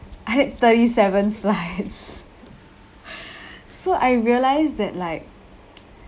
I had thirty seven slides so I realised that like